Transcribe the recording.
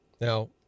Now